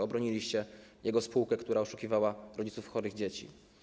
Obroniliście jego spółkę, która oszukiwała rodziców chorych dzieci.